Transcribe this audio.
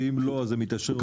שאם לא הם -- קבענו.